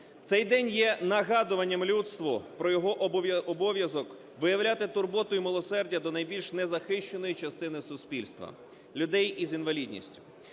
Цей день є нагадуванням людству про його обов'язок виявляти турботу і милосердя до найбільш незахищеної частини суспільства – людей із інвалідністю.